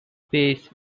pace